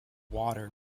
water